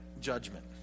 judgment